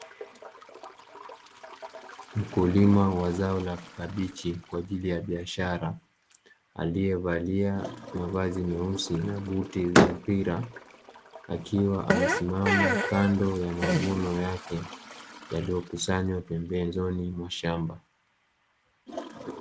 Mkulima wa zao la kabichi kwa ajili ya biashara, aliyevalia mavazi meusi na buti za mpira, akiwa amesimama kando ya mavuno yake, yaliyokusanywa pembezoni mwa shamba.